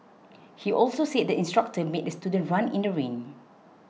he also said the instructor made the student run in the rain